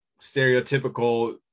stereotypical